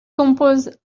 compose